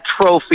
trophy